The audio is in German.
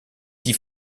die